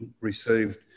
received